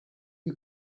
you